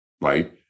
right